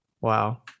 Wow